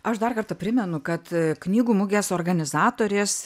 aš dar kartą primenu kad knygų mugės organizatorės